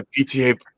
PTA